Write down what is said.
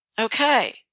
Okay